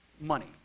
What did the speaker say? Money